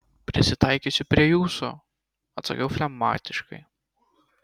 prisitaikysiu prie jūsų atsakiau flegmatiškai